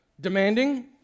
demanding